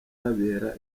habera